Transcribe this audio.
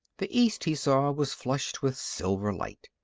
the east, he saw, was flushed with silver light.